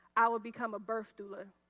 i would become a birth doer.